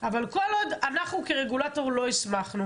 אבל כל עוד אנחנו כרגולטור לא הסמכנו,